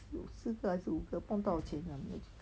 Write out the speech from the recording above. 有四个还是五个不懂多少钱了没有去